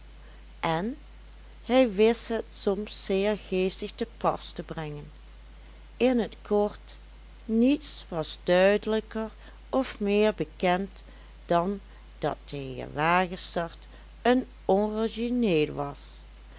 en hij wist het soms zeer geestig te pas te brengen in t kort niets was duidelijker of meer bekend dan dat de heer wagestert een origineel was